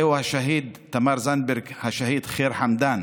זהו השהיד, תמר זנדברג, השהיד ח'יר חמדאן